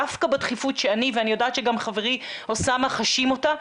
דווקא בדחיפות שאני ואני יודעת שגם חברי מנסור חשים אותה,